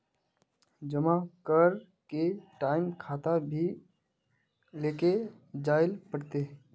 जमा करे के टाइम खाता भी लेके जाइल पड़ते?